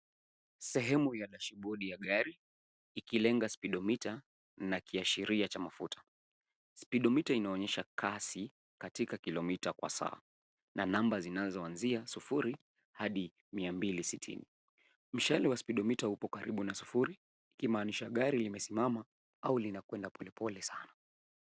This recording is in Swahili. Sehemu ya dashibodi ya gari ikilenga speedometer na kiashiria cha mafuta. Speedometer inaonyesha kasi katika kilomita kwa saa na namba zinazoanzia sufuri hadi mia mbili sitini. Mshale wa spidomita upo karibu na sufuri ikimaanisha gari limesimama au linakwenda polepole sana.